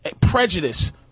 prejudice